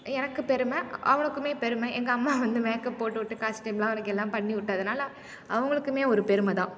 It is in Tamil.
எனக்கு பெருமை அவனுக்குமே பெருமை எங்கள் அம்மா வந்து மேக்கப் போட்டுவிட்டு காஸ்ட்யூம்லாம் அவனுக்கு எல்லாம் பண்ணிவிட்டதனால அவங்களுக்குமே ஒரு பெருமை தான்